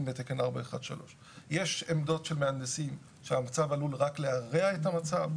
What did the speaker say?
בתקן 413. יש עמדות של מהנדסים שהמצב עלול רק להרע את המצב.